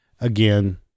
Again